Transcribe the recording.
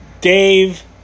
Dave